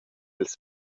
ils